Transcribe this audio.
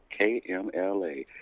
KMLA